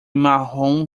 marrom